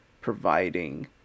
providing